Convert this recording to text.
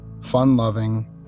fun-loving